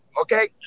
okay